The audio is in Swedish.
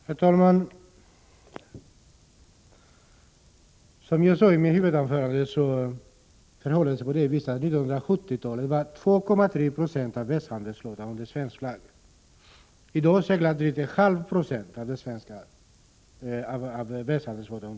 Herr talman! Som jag sade i mitt huvudanförande förhåller det sig på det viset att 2,3 70 av världshandelsflottan under 1970-talet gick under svensk flagg. I dag seglar drygt 0,5 20 av världshandelsflottan under svensk flagg.